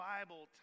Bible